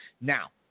Now